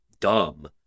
dumb